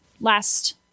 last